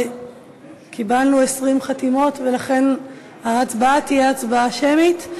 קיבלנו 20 חתימות ולכן ההצבעה תהיה הצבעה שמית.